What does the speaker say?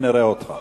(צמצום החסינות בפני חיפוש בשל עבירת ביטחון),